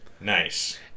Nice